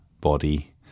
body